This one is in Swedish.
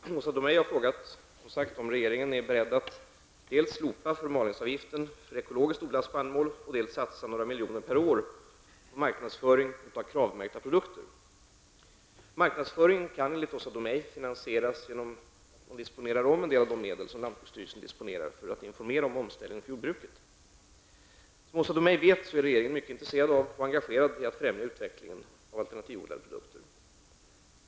Herr talman! Åsa Domeij har frågat mig om regeringen är beredd att dels slopa förmalningsavgiften för ekologiskt odlad spannmål, dels satsa några miljoner per år på marknadsföring av kravmärkta produkter. Marknadsföringen kan enligt Åsa Domeij finansieras genom omdisponering av en del av de medel som lantbruksstyrelsen disponerar för att informera om omställningen av jordbruket. Som Åsa Domeij vet är regeringen mycket intresserad av och engagerad i att främja utvecklingen av alternativt odlade produkter.